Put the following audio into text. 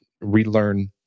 relearn